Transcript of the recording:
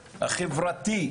החברתי,